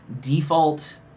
default